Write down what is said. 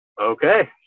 okay